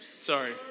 Sorry